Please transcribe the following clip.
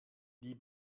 die